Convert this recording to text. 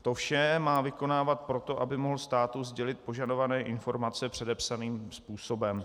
To vše má vykonávat proto, aby mohl státu sdělit požadované informace předepsaným způsobem.